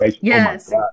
Yes